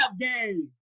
game